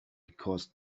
because